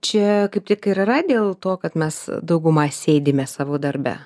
čia kaip tik ir yra dėl to kad mes dauguma sėdime savo darbe